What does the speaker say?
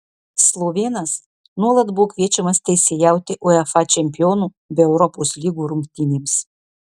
slovėnas nuolat buvo kviečiamas teisėjauti uefa čempionų bei europos lygų rungtynėms